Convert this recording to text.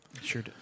Sure